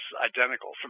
identical